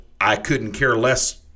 I-couldn't-care-less